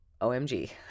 OMG